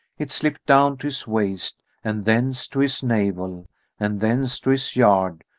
it slipped down to his waist and thence to his navel and thence to his yard,